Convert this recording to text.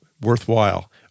Worthwhile